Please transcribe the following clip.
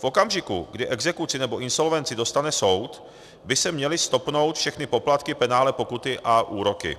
V okamžiku, kdy exekuci nebo insolvenci dostane soud, by se měly stopnout všechny poplatky, penále, pokuty a úroky.